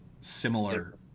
similar